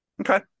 Okay